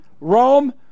Rome